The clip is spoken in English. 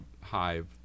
hive